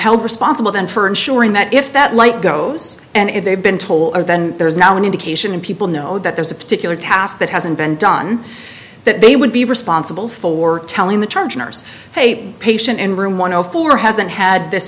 held responsible then for ensuring that if that light goes and if they've been told or then there's now an indication and people know that there's a particular task that hasn't been done that they would be responsible for telling the charge nurse hey patient in room one o four hasn't had this